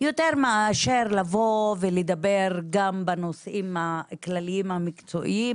יותר מאשר לבוא ולדבר גם בנושאים הכלכליים המקצועיים